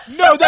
no